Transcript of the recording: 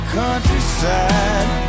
countryside